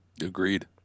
Agreed